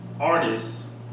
artists